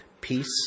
peace